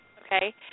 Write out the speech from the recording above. okay